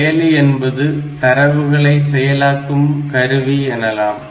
செயலி என்பது தரவுகளை செயலாகும் கருவி எனலாம்